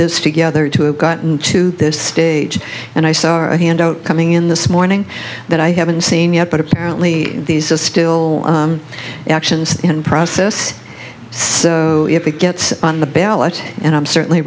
this together to have gotten to this stage and i saw a handout coming in this morning that i haven't seen yet but apparently these are still actions in process see if it gets on the ballot and i'm certainly